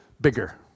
bigger